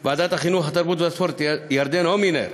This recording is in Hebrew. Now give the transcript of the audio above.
של ועדת החינוך, התרבות והספורט, לירדן הומינר,